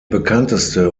bekannteste